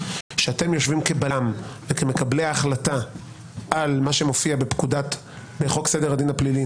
שאתם יושבים כבלם וכמקבלי החלטה על מה שמופיע בחוק סדר הדין הפלילי,